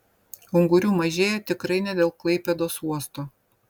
ungurių mažėja tikrai ne dėl klaipėdos uosto